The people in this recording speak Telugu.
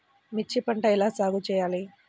మిర్చి పంట ఎలా సాగు చేయాలి?